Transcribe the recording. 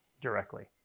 directly